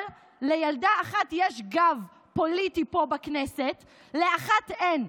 אבל לילדה אחת יש גב פוליטי פה בכנסת ולאחת אין.